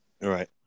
Right